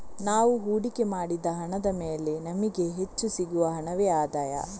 ನಾವು ಹೂಡಿಕೆ ಮಾಡಿದ ಹಣದ ಮೇಲೆ ನಮಿಗೆ ಹೆಚ್ಚು ಸಿಗುವ ಹಣವೇ ಆದಾಯ